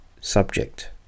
subject